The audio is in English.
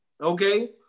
okay